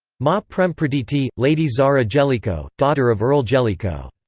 ma prem pratiti lady zara jellicoe, daughter of earl jellicoe.